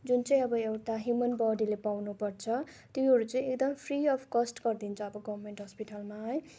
जुन चाहिँ अब एउटा ह्युमन बोडीले पाउनुपर्छ त्योहरू चाहिँ एकदम फ्री अफ कस्ट गरिदिन्छ अब गभर्मेन्ट हस्पिटलमा है